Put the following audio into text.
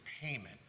payment